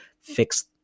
fix